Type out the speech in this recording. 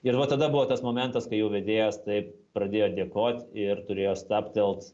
ir va tada buvo tas momentas kai jau vedėjas taip pradėjo dėkot ir turėjo stabtelt